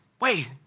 wait